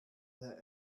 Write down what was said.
their